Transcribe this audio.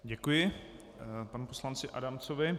Děkuji panu poslanci Adamcovi.